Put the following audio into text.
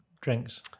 drinks